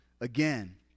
again